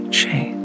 change